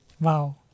Wow